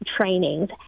trainings